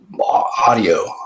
audio